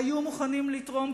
היו מוכנים לתרום,